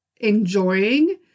enjoying